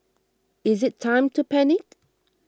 is it time to panic